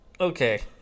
okay